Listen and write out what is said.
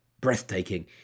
breathtaking